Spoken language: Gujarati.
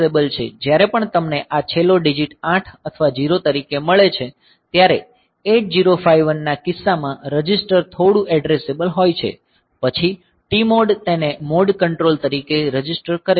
જ્યારે પણ તમને આ છેલ્લો ડીજીટ 8 અથવા 0 તરીકે મળે છે ત્યારે 8051ના કિસ્સામાં રજિસ્ટર થોડું એડ્રેસેબલ હોય છે પછી TMOD તેને મોડ કંટ્રોલ તરીકે રજીસ્ટર કરે છે